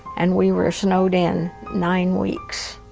and we were snowed in nine weeks,